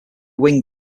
wind